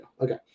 Okay